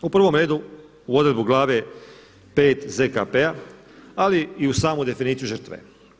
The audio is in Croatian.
U prvom redu, u odredbu Glave V. ZKP-a ali i u samu definiciju žrtve.